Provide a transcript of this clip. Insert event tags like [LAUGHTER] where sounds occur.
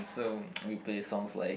so [NOISE] we play songs like